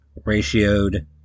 ratioed